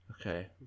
Okay